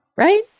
Right